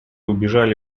убежали